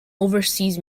overseas